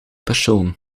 persoon